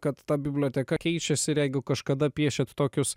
kad ta biblioteka keičiasi ir jeigu kažkada piešit tokius